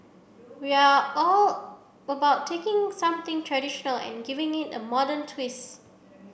we are all about taking something traditional and giving it a modern twist